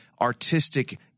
artistic